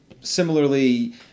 similarly